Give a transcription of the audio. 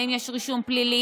האם יש רישום פלילי,